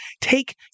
take